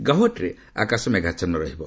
ଗୌହାଟୀରେ ଆକାଶ ମେଘାଛନ୍ନ ରହିବ